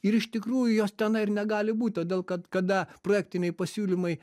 ir iš tikrųjų jos tenai ir negali būti todėl kad kada projektiniai pasiūlymai